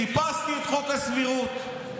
חיפשתי את חוק הסבירות.